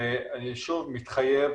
ואני שוב מתחייב,